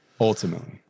ultimately